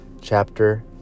chapter